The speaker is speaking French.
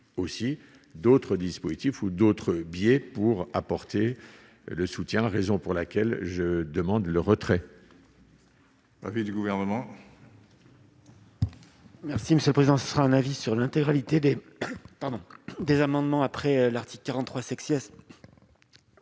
aussi d'autres dispositifs ou d'autres biais pour apporter le soutien, la raison pour laquelle je demande le retrait.